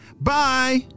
Bye